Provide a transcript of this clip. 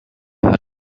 hat